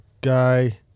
guy